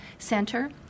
Center